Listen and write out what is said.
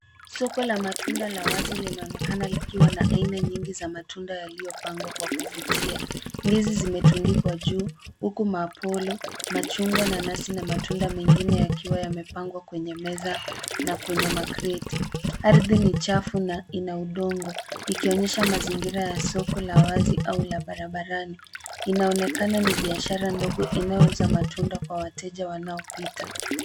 Soko la matunda la wazi linaonekana likiwa na aina nyingi za matunda zilizopangwa kwa kuvutia. Ndizi zimetundikwa juu huku maapolo, machungwa, nanasi na matunda mengine yakiwa yamepangwa kwenye meza na kwenye makreti. Ardhi ni chafu na ina udongo, ikionyesha mazingira ya soko la wazi au la barabarani. Inaonekana ni biashara ndogo inayouza matunda kwa wateja wanaopita.